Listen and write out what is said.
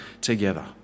together